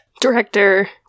Director